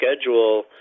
schedule